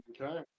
okay